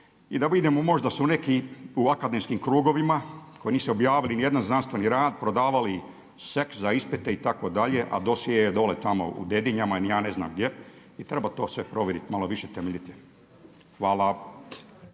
i da vidimo možda su neki u akademskim krugovima koji nisu objavili niti jedan znanstveni rad, prodavali sex za ispite itd., a dosje je dole tamo u Dedinjama, ni ja ne znam gdje. I treba to sve provjeriti malo više temeljitije. Hvala.